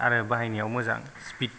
आरो बाहायनायाव मोजां स्पिद